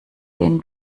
den